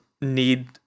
need